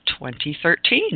2013